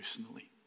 personally